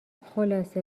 خلاصه